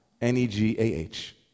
N-E-G-A-H